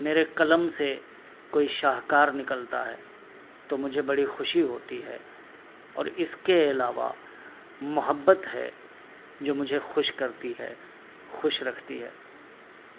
میرے قلم سے کوئی شاہکار نکلتا ہے تو مجھے بڑی خوشی ہوتی ہے اور اس کے علاوہ محبت ہے جو مجھے خوش کرتی ہے خوش رکھتی ہے